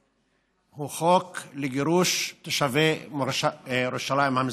והוא המבצע את העונש של גירוש מירושלים המזרחית.